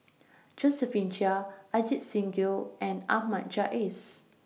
Josephine Chia Ajit Singh Gill and Ahmad Jais